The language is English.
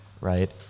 right